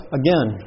again